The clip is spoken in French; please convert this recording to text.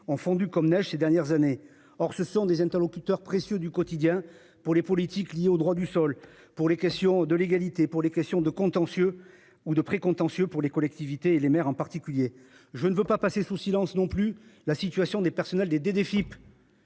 ont fondu comme neige ces dernières années. Or ce sont des interlocuteurs précieux du quotidien pour les politiques liées au droit du sol pour les questions de l'égalité pour les questions de contentieux ou de précontentieux pour les collectivités et les maires en particulier, je ne veux pas passer sous silence non plus. La situation des personnels des des défis.